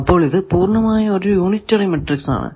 അപ്പോൾ ഇത് പൂർണമായും ഒരു യൂണിറ്ററി മാട്രിക്സ് ആണ്